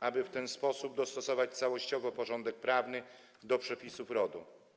aby w ten sposób dostosować całościowo porządek prawny do przepisów RODO.